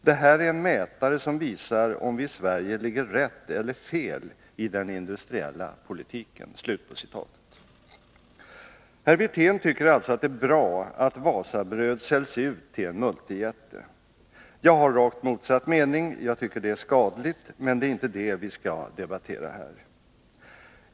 Det här är en mätare som visar om vi i Sverige ligger rätt eller fel i den industriella politiken.” Herr Wirtén tycker alltså att det är bra att Wasabröd säljs ut till en multijätte. Jag har rakt motsatt mening — jag tycker att det är skadligt — men det är inte det vi skall debattera här.